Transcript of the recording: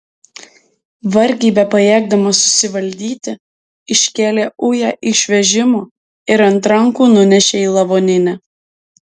vargiai bepajėgdamas susivaldyti iškėlė ują iš vežimo ir ant rankų nunešė į lavoninę